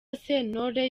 sentore